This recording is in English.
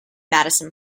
madison